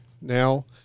now